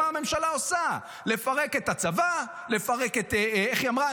זה מה שהממשלה עושה: לפרק את הצבא, איך היא אמרה?